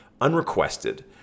unrequested